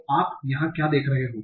तो आप यहाँ क्या देख रहे हो